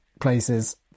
places